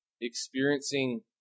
experiencing